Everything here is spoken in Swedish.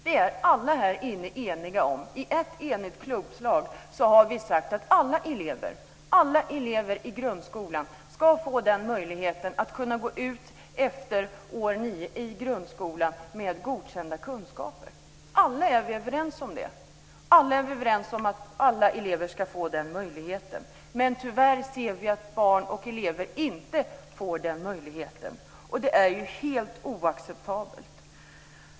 Vi är alla, i ett enigt klubbslag, eniga om att alla elever i grundskolan ska få möjlighet att efter årskurs 9 gå ut med godkända kunskaper. Vi är alla överens om att alla elever ska få den möjligheten. Tyvärr ser vi att barn och elever inte får den möjligheten. Det är helt oacceptabelt.